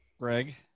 Greg